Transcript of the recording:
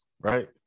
right